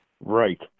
Right